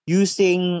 using